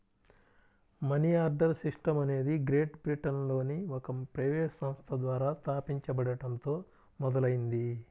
money order system అనేది Great బ్రిటన్లోని ఒక ప్రైవేట్ సంస్థ ద్వారా స్థాపించబడటంతో మొదలైంది